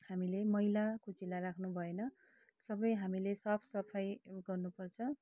हामीले मैलाकुचेला राख्नुभएन सबै हामीले साफसफाइ गर्नुपर्छ